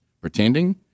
pretending